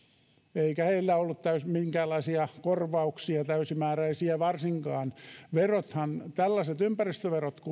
eikä heille ollut minkäänlaisia korvauksia täysimääräisiä varsinkaan tällaiset ympäristöverothan